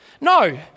No